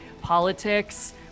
politics